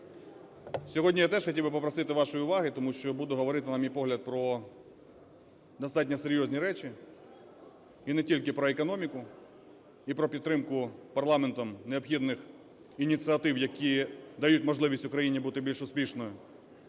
Сьогодні я теж хотів би попросити вашої уваги тому що буду говорити, на мій погляд, про достатньо серйозні речі. І не тільки про економіку і про підтримку парламентом необхідних ініціатив, які дають можливість Україні бути більш успішною.